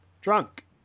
Drunk